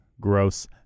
gross